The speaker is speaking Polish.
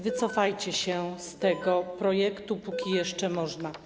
Wycofajcie się z tego projektu, póki jeszcze można.